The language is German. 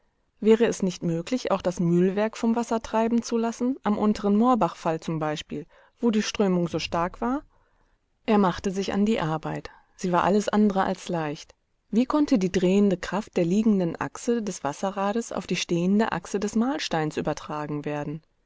wäre es nicht möglich auch das mühlwerk vom wasser treiben zu lassen am unteren moorbachfall zum beispiel wo die strömung so stark war er machte sich an die arbeit sie war alles andere als leicht wie konnte die drehende kraft der liegenden achse des wasserrades auf die stehende achse des mahlsteins übertragen werden